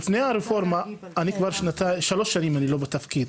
לפני הרפורמה, אני כבר שלוש שנים לא בתפקיד,